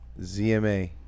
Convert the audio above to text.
ZMA